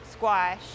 Squash